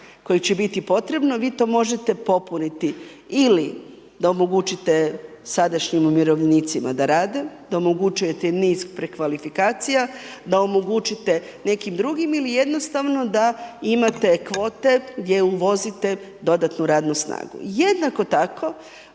koji će biti potrebno. Vi to možete popuniti ili da omogućite sadašnjim umirovljenicima da rade, da omogućujete niz prekvalifikacija, da omogućite nekim drugim ili jednostavno da imate kvote gdje uvozite dodatnu radnu snagu. Jednako tako